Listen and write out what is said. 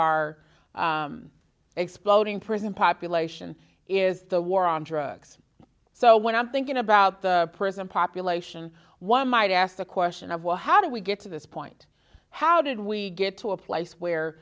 our exploding prison population is the war on drugs so when i'm thinking about the prison population one might ask the question of well how do we get to this point how did we get to a place where